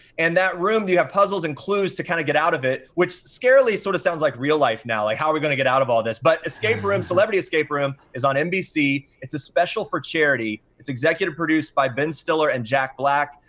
and that room, you have puzzles and clues to kinda kind of get out of it, which scarily sort of sounds like real life now, like how are we gonna get out of all this? but escape room, celebrity escape room is on nbc. it's a special for charity. it's executive produced by ben stiller and jack black.